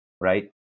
Right